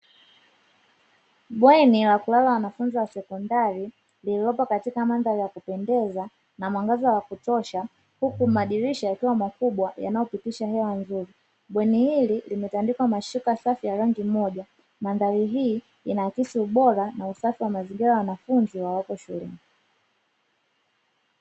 Bweni la kulala wanafunzi wa sekondari lililopo katika mandhari ya kupendeza na mwangaza wa kutosha huku madirisha yakiwa makubwa yanayopitisha hewa nzuri. Bweni hili limetandikwa mashuka safi ya rangi moja, mandhari hii inaakisi ubora na usafi wa mazingira ya wanafunzi wawapo shuleni.